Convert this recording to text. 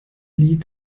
lied